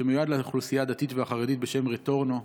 שמיועד לאוכלוסייה הדתית והחרדית, בשם רטורנו,